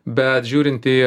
bet žiūrint į